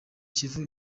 kivu